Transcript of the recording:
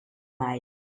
mai